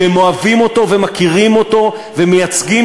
שהם אוהבים אותו ומכירים אותו ומייצגים